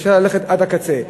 אפשר ללכת עד הקצה,